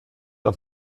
auf